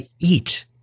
eat